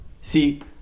See